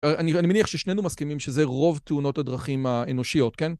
אני מניח ששנינו מסכימים שזה רוב תאונות הדרכים האנושיות, כן?